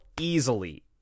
easily